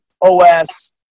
OS